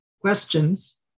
questions